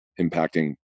impacting